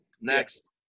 Next